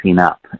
up